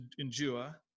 endure